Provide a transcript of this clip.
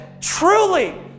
truly